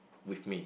with me